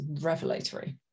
revelatory